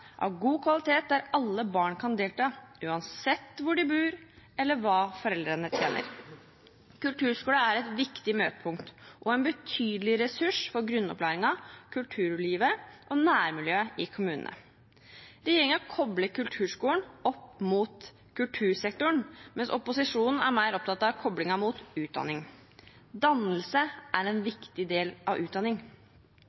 der alle barn kan delta, uansett hvor de bor eller hva foreldrene tjener. Kulturskolen er et viktig møtepunkt og en betydelig ressurs for grunnopplæringen, kulturlivet og nærmiljøet i kommunene. Regjeringen kobler kulturskolen opp mot kultursektoren, mens opposisjonen er mer opptatt av koblingen mot utdanning. Dannelse er en